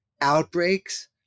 outbreaks